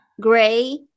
Gray